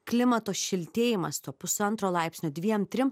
klimato šiltėjimas to pusantro laipsnio dviem trim